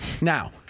Now